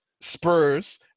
Spurs